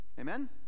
Amen